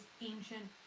ancient